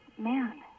man